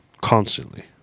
constantly